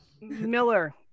Miller